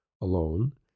alone